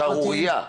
שערוריה,